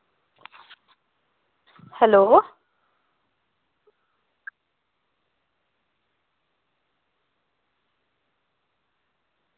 hello